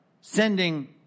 sending